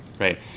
right